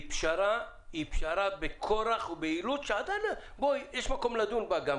פשרה בכורח ובאילוץ שיש מקום לדון בה.